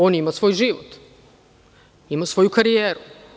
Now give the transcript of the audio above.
On ima svoj život, ima svoju karijeru.